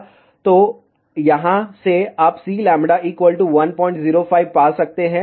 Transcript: तो यहाँ से आप Cλ 105 पा सकते हैं